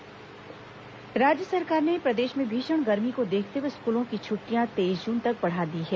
school अवकाश राज्य सरकार ने प्रदेश में भीषण गर्मी को देखते हुए स्कूलों की छुट्टियां तेईस जून तक बढ़ा दी है